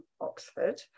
Oxford